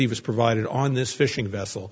he was provided on this fishing vessel